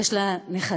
יש לה נכדים.